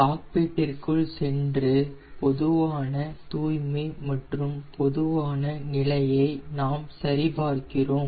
காக்பிட்டிற்குள் சென்று பொதுவான தூய்மை மற்றும் பொதுவான நிலையை நாம் சரிபார்க்கிறோம்